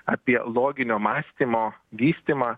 apie loginio mąstymo vystymą